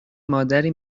مادری